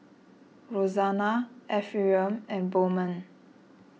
Roxana Ephriam and Bowman